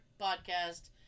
podcast